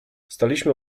staliśmy